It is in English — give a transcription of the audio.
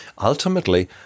ultimately